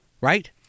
right